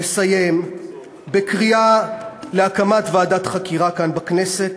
לסיים בקריאה להקמת ועדת חקירה כאן בכנסת